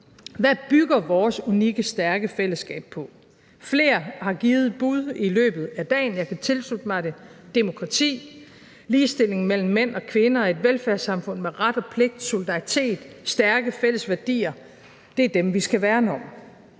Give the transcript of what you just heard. hvad bygger vores unikke stærke fællesskab på? Flere har givet et bud i løbet af dagen, jeg kan tilslutte mig det: demokrati, ligestilling mellem mænd og kvinder, et velfærdssamfund med ret og pligt, solidaritet, stærke fælles værdier. Det er dem, vi skal værne om.